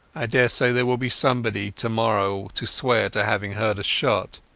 i daresay there will be somebody tomorrow to swear to having heard a shot,